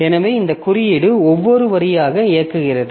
எனவே இந்த குறியீடு ஒவ்வொரு வரியாக இயக்குகிறது